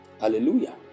Hallelujah